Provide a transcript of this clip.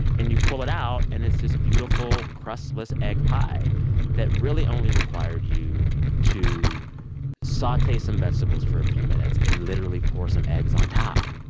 and you pull it out and it's this beautiful, crustless egg pie that really only required you to saute some vegetables for a few minutes and literally pour some eggs on top.